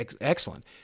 excellent